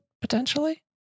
potentially